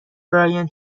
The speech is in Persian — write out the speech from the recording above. برایان